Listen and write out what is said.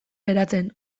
geratzen